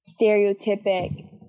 stereotypic